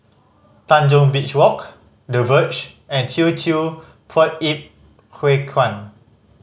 Tanjong Beach Walk The Verge and Teochew Poit Ip Huay Kuan